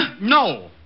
No